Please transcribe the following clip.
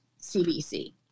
CBC